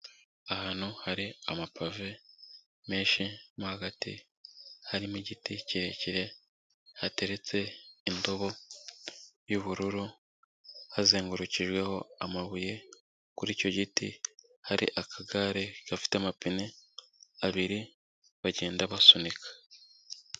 Ahantu hari amapave menshi, mo hagati harimo igiti kirekire hateretse indobo y'ubururu, hazengurukijweho amabuye, kuri icyo giti hari akagare gafite amapine abiri bagenda basunika.